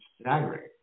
staggering